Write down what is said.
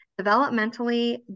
developmentally